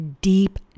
deep